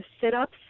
sit-ups